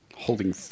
Holding